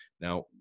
Now